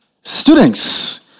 Students